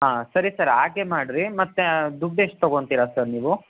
ಹಾಂ ಸರಿ ಸರ್ ಹಾಗೇ ಮಾಡ್ರಿ ಮತ್ತೆ ದುಡ್ದು ಎಷ್ಟು ತಗೋತಿರಾ ಸರ್ ನೀವು